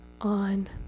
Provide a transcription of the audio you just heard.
on